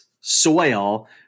soil